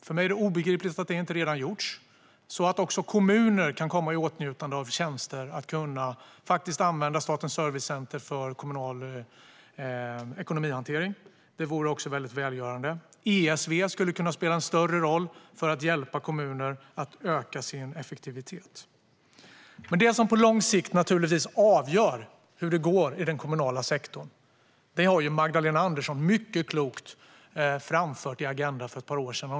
För mig är det obegripligt att det inte redan gjorts så att också kommuner kan komma i åtnjutande av tjänster och kunna använda Statens servicecenter för kommunal ekonomihantering. Det vore väldigt välgörande. ESV skulle kunna spela en större roll för att hjälpa kommuner att öka sin effektivitet. Det som på lång sikt avgör hur det går i den kommunala sektorn har Magdalena Andersson mycket klokt framfört i Agenda för ett par år sedan.